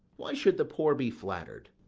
why should the poor be flatter'd?